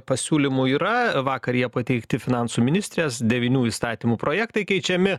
pasiūlymų yra vakar jie pateikti finansų ministrės devynių įstatymų projektai keičiami